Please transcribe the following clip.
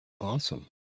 Awesome